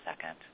second